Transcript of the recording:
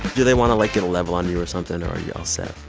do they want to, like, get a level on you or something, or are you all set?